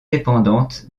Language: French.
dépendante